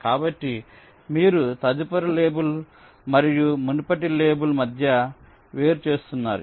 కాబట్టి మీరు తదుపరి లేబుల్ మరియు మునుపటి లేబుల్ మధ్య వేరు చేస్తున్నారు